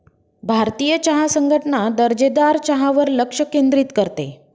भारतीय चहा संघटना दर्जेदार चहावर लक्ष केंद्रित करते